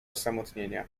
osamotnienia